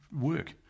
work